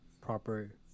proper